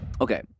Okay